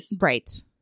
Right